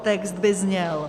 Text by zněl: